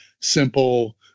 simple